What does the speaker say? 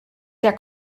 der